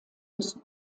des